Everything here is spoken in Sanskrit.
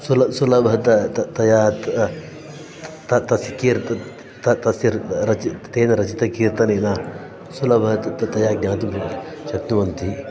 सुल सुलभतया त तयात् त तस् कीर्तनं तस्य रचितं तेन रचितं कीर्तनेन सुलभतया ज्ञातुं श शक्नुवन्ति